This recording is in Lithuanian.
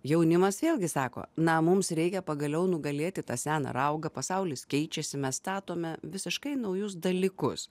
jaunimas vėlgi sako na mums reikia pagaliau nugalėti tą seną raugą pasaulis keičiasi mes statome visiškai naujus dalykus